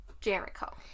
Jericho